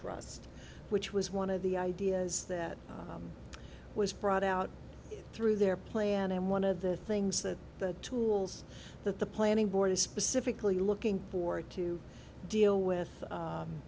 trust which was one of the ideas that was brought out through their plan and one of the things that the tools that the planning board is specifically looking bored to deal with